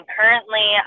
Currently